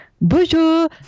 bonjour